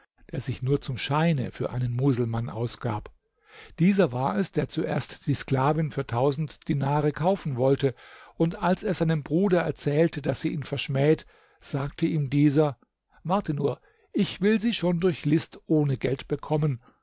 der sich nur zum scheine für einen muselmann ausgab dieser war es der zuerst die sklavin für tausend dinare kaufen wollte und als er seinem bruder erzählte daß sie ihn verschmäht sagte ihm dieser warte nur ich will sie schon durch list ohne geld bekommen